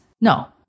No